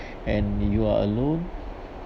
and you are alone